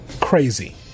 Crazy